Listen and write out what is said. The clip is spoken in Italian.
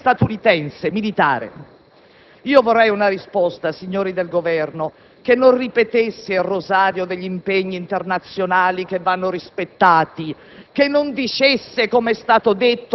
Negli Stati Uniti c'è una contestazione aperta alle guerre di Bush e al raddoppio delle basi, lo diceva il senatore Salvi ed ha ragione. E noi, che ce ne siamo andati via giustamente dall'Iraq,